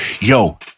yo